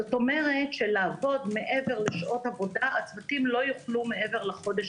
כלומר לעבוד מעבר לשעות עבודה הצוותים לא יוכלו מעבר לחודש